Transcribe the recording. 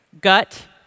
gut